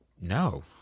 No